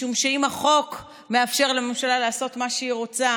משום שאם החוק מאפשר לממשלה לעשות מה שהיא רוצה,